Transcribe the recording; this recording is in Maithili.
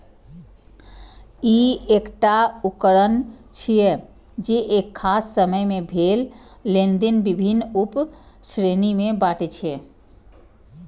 ई एकटा उकरण छियै, जे एक खास समय मे भेल लेनेदेन विभिन्न उप श्रेणी मे बांटै छै